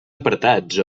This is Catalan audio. apartats